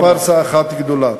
לפארסה אחת גדולה.